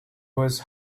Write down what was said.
was